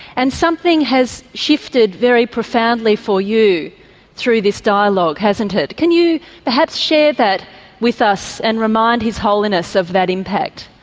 and something has shifted very profoundly for you through this dialogue hasn't it? it? can you perhaps share that with us and remind his holiness of that impact?